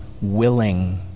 willing